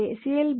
எனவே சி